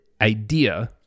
idea